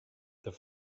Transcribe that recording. their